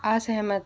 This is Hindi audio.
असहमत